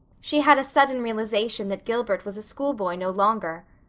she had a sudden realization that gilbert was a schoolboy no longer.